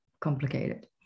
complicated